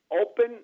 open